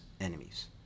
enemies